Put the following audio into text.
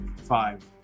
five